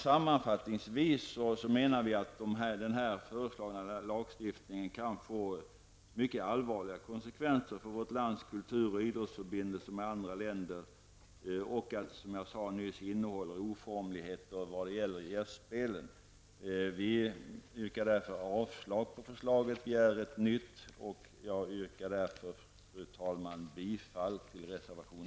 Sammanfattningsvis menar vi att den här föreslagna lagstiftningen kan få mycket allvarliga konsekvenser för vårt lands kultur och idrottsförbindelser med andra länder och, som jag nyss sade, innehåller oformligheter när det gäller gästspelen. Vi avstyrker därför förslaget och begär ett nytt. Jag yrkar, fru talman, bifall till reservation